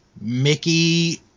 mickey